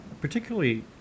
Particularly